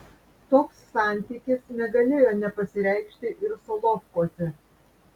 toks santykis negalėjo nepasireikšti ir solovkuose